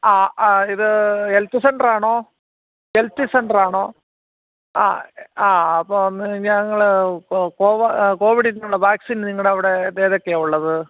ആ ആ ഇത് ഹെൽത്ത് സെൻ്ററാണോ ഹെൽത്ത് സെൻ്ററാണോ ആ ആ അപ്പോൾ ഒന്ന് ഞങ്ങൾ കോവിഡിനുള്ള വാക്സിൻ നിങ്ങടളുടെ അവിടെ ഏതൊക്കെയാണ് ഉള്ളത്